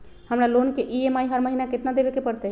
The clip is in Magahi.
हमरा लोन के ई.एम.आई हर महिना केतना देबे के परतई?